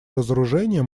разоружение